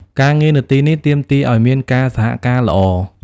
ការងារនៅទីនេះទាមទារឱ្យមានការសហការល្អ។